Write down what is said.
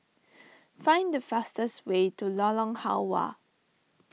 find the fastest way to Lorong Halwa